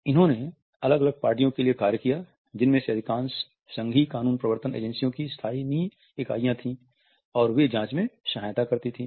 इन्होने अलग अलग पार्टियों के लिए कार्य किया जिन मे से अधिकांश संघीय कानून प्रवर्तन एजेंसियों की स्थानीय इकाइयां थी और वे जांच में सहायता करती थीं